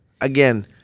again